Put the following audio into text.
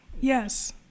yes